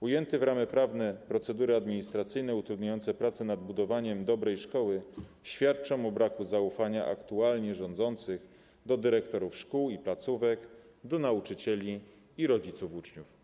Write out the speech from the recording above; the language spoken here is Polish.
Ujęte w ramy prawne procedury administracyjne utrudniające prace nad budowaniem dobrej szkoły świadczą o braku zaufania aktualnie rządzących do dyrektorów szkół i placówek, do nauczycieli i rodziców uczniów.